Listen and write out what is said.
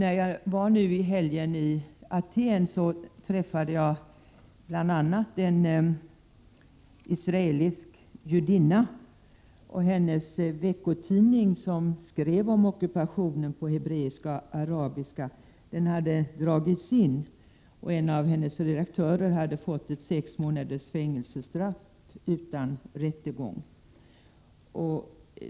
I helgen var jag i Aten och jag träffade då bl.a. en israelisk judinna. Jag fick veta att hennes veckotidning, som skrev om ockupationen på hebreiska och arabiska, hade dragits in och att en av redaktörerna hade dömts till fängelse i sex månader utan föregående rättegång.